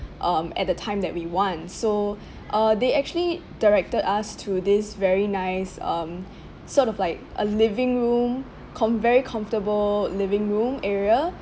um at the time that we want so uh they actually directed us to this very nice um sort of like a living room com~ very comfortable living room area